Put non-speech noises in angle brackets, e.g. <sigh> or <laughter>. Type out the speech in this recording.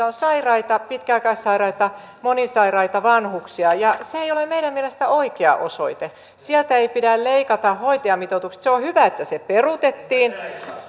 <unintelligible> on sairaita pitkäaikaissairaita monisairaita vanhuksia se ei ole meidän mielestämme oikea osoite sieltä ei pidä leikata hoitajamitoituksesta se on hyvä että se peruttiin